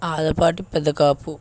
Alapati Pedakapu